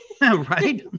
right